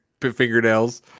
fingernails